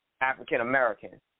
African-American